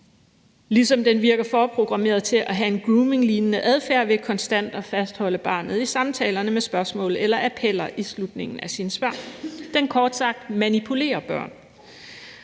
ligesom den virker forprogrammeret til at have en grooming-lignende adfærd ved konstant at fastholde barnet i samtalerne med spørgsmål eller appeller i slutningen af sine svar. Kort sagt manipulerer den